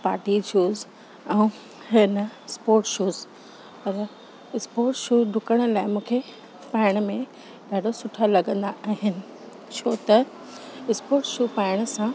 party shoes ऐं हेन sport shoes ऐं स्पोट शूस डुकण लाइ मूंखे पाएण में ॾाढा सुठा लॻंदा आहिनि छो त स्पोट शू पाएण सां